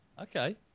Okay